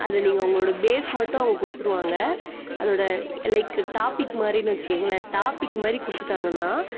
அது நீங்கள் உங்களோடய பேஸ் மட்டும் அவங்க கொடுத்துருவாங்க அதோடய லைக்கு டாப்பிக்கு மாதிரின்னு வச்சுக்கோங்களேன் டாப்பிக் மாதிரி கொடுத்துட்டாங்கனா